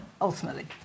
Ultimately